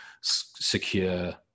secure